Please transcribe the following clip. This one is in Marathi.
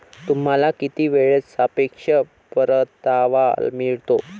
तुम्हाला किती वेळेत सापेक्ष परतावा मिळतो?